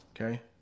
Okay